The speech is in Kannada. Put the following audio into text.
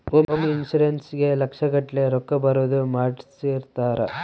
ಹೋಮ್ ಇನ್ಶೂರೆನ್ಸ್ ಗೇ ಲಕ್ಷ ಗಟ್ಲೇ ರೊಕ್ಕ ಬರೋದ ಮಾಡ್ಸಿರ್ತಾರ